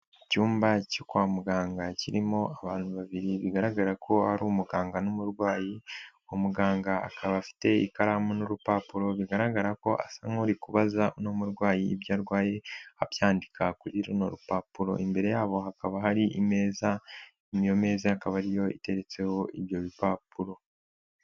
Icyumba cyo kwa muganga kirimo abantu babiri bigaragara ko ari umuganga n'umurwayi, umuganga akaba afite ikaramu n'urupapuro, bigaragara ko asa n'uri kubaza uno murwayi ibyo arwaye abyandika rupapuro, imbere yabo hakaba hari imeza, iyo meza akaba ariyo iteretseho ibyo bipapuro.